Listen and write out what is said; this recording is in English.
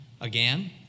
Again